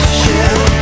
ship